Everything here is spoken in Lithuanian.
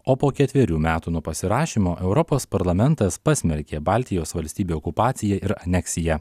o po ketverių metų nuo pasirašymo europos parlamentas pasmerkė baltijos valstybių okupaciją ir aneksiją